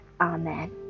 Amen